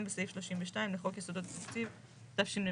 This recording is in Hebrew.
בסעיף 32 לחוק יסודות התקציב תשמ"ה-1985.